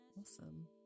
Awesome